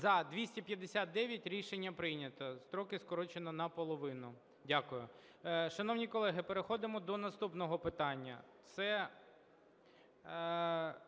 За – 259 Рішення прийнято. Строки скорочено наполовину. Дякую. Шановні колеги, переходимо до наступного питання.